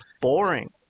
boring